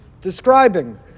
describing